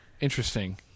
interesting